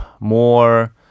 more